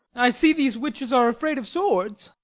i see these witches are afraid of swords.